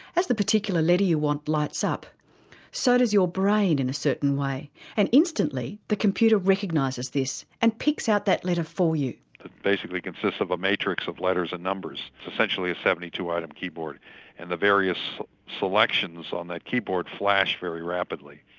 as the particular letter you want lights up so does your brain in a certain way and instantly the computer recognises this and picks out that letter for you. it basically consists of a matrix of letters and numbers, it's essentially a seventy two item keyboard and the various selections on that keyboard flash very rapidly.